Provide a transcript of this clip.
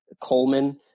Coleman